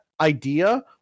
idea